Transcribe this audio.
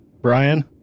Brian